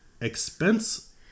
expense